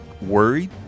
worried